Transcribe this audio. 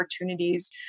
opportunities